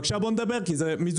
אז בבקשה בואי נדבר כי זה מיזוגים,